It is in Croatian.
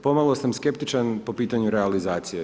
Pomalo sam skeptičan po pitanju realizacije.